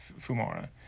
Fumara